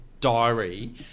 diary